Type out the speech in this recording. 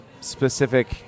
specific